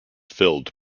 filled